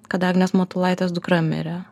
kad agnės matulaitės dukra mirė